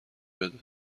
بده